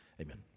Amen